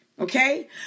Okay